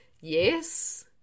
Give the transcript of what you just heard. Yes